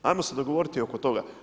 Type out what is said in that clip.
Ajmo se dogovoriti oko toga?